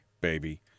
baby